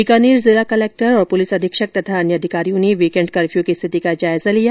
बीकानेर में जिला कलेक्टर और पुलिस अधीक्षक तथा अन्य अधिकारियों ने वीकेंड कर्फ्यू की स्थिति का जायजा लिया